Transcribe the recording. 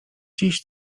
dziś